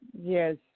Yes